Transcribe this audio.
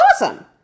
awesome